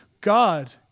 God